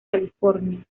california